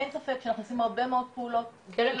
אין ספק שאנחנו עושים הרבה מאוד פעולות --- קרן,